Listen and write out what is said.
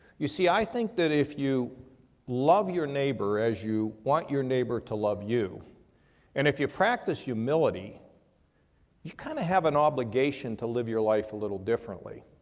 you see i think that if you love your neighbor as you want your neighbor to love you and if you practice humility you kind of have an obligation to live your life a little differently.